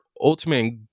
ultimate